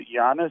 Giannis